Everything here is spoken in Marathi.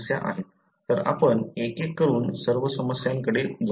तर आपण एक एक करून सर्व समस्यांकडे जाऊ